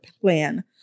Plan